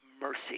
mercy